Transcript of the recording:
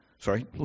Sorry